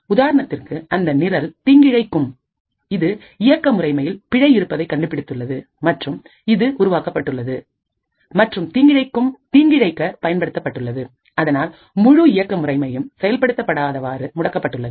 உதாரணத்திற்கு அந்த நிரல் தீங்கிழைக்கும் இது இயக்க முறைமையில் பிழை இருப்பதை கண்டுபிடித்துள்ளது மற்றும் இது உருவாக்கப்பட்டுள்ளது மற்றும் தீங்கிழைக்க பயன்படுத்தப்பட்டுள்ளது அதனால் முழு இயக்க முறைமையும் செயல்படுத்த படாதவாறு முடக்கப்பட்டுள்ளது